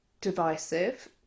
divisive